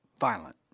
violent